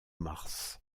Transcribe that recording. mars